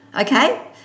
okay